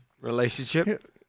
relationship